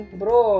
bro